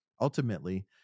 Ultimately